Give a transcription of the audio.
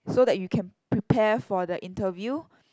so that you can prepare for the interview